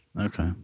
Okay